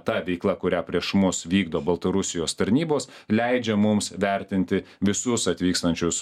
ta veikla kurią prieš mus vykdo baltarusijos tarnybos leidžia mums vertinti visus atvykstančius